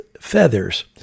feathers